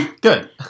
Good